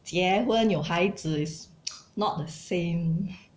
结婚有孩子 is not the same